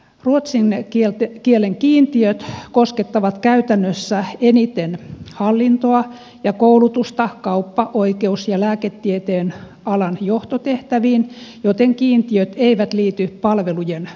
ruotsin kielen kiintiöt koskettavat käytännössä eniten hallintoa ja koulutusta kauppa oikeus ja lääketieteen alan johtotehtäviin joten kiintiöt eivät liity palvelujen turvaamiseen